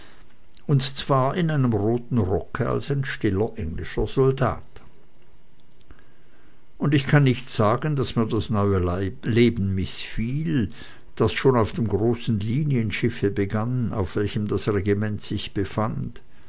und zwar in einem roten rocke als ein stiller englischer soldat und ich kann nicht sagen daß mir das neue leben mißfiel das schon auf dem großen linienschiffe begann auf welchem das regiment sich befand